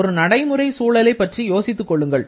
ஒரு நடைமுறை சூழலை பற்றி யோசித்துக் கொள்ளுங்கள்